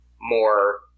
more